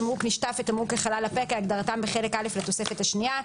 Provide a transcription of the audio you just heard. "תמרוק נשטף" ו-"תמרוק לחלל הפה" כהגדרתם בחלק א' לתוספת השנייה.